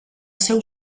seu